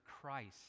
Christ